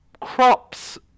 crops